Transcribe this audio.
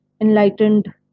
enlightened